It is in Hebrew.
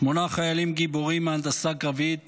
שמונה חיילים גיבורים מהנדסה קרבית